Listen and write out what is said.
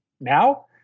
now